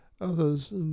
Others